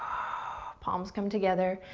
ah palms come together,